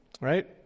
right